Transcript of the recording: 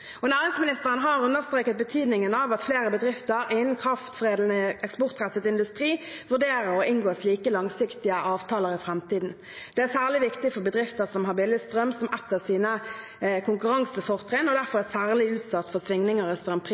Næringsministeren har understreket betydningen av at flere bedrifter innen kraftkrevende, eksportrettet industri vurderer å inngå slike langsiktige avtaler i framtiden. Det er særlig viktig for bedrifter som har billig strøm som et av sine konkurransefortrinn, og derfor er særlig utsatt for svingninger i